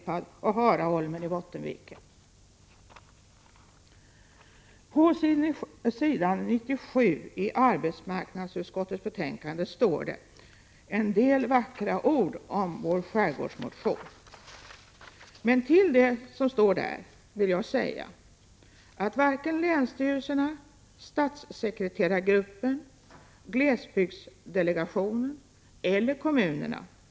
På s. 97 i arbetsmarknadsutskottets betänkande står det en del vackra ord om vår skärgårdsmotion, men till det vill jag säga att varken länsstyrelserna, statssekreterargruppen, glesbygdsdelegationen eller kommunerna kan lösa — Prot.